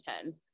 ten